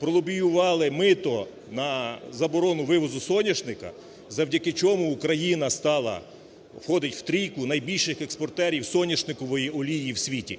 пролобіювали мито на заборону вивозу соняшнику, завдяки чому Україна стала входить в трійку найбільших експортерів соняшникової олії в світі.